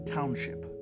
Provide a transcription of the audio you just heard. Township